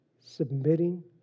submitting